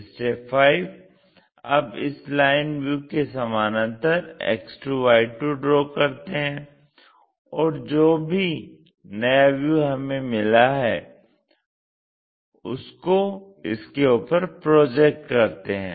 5 अब इस line view के समानान्तर X2Y2 ड्रा करते हैं और जो भी नया व्यू हमें मिला है उसको इसके ऊपर प्रोजेक्ट करते हैं